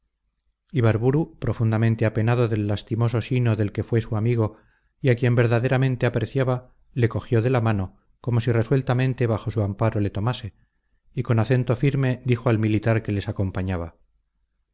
ibarburu profundamente apenado del lastimoso sino del que fue su amigo y a quien verdaderamente apreciaba le cogió de la mano como si resueltamente bajo su amparo le tomase y con acento firme dijo al militar que les acompañaba